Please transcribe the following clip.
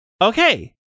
Okay